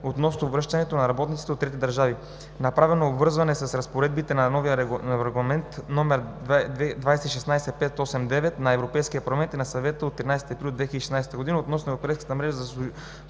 относно връщането на работниците от трети държави. Направено е обвързване с разпоредбите на новия Регламент (ЕС) № 2016/589 на Европейския парламент и на Съвета от 13 април 2016 г. относно Европейска мрежа на